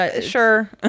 Sure